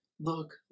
look